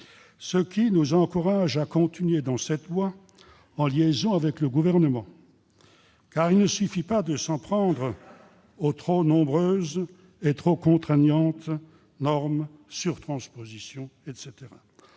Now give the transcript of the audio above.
ce qui nous encourage à continuer dans cette voie, en liaison avec le Gouvernement. En effet, il ne suffit pas de s'en prendre aux trop nombreuses et trop contraignantes normes, surtranspositions ...